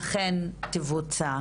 אכן תבוצע.